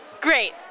great